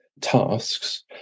tasks